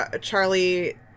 Charlie